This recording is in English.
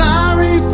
Sorry